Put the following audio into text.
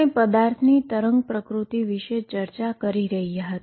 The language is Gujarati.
આપણે પદાર્થની વેવ પ્રકૃતિ વિશે ચર્ચા કરી રહ્યા હતા